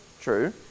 True